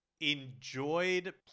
enjoyed